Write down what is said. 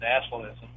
nationalism